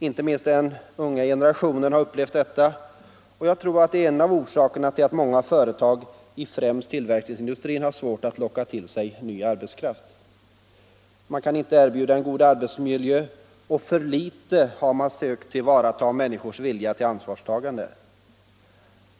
Inte minst den unga generationen har upplevt detta, och jag tror att det är en av orsakerna till att många företag i främst tillverkningsindustrin har svårt att locka till sig ny arbetskraft. Man kan inte erbjuda en god arbetsmiljö, och för litet har man sökt tillvarata människors vilja till ansvarstagande.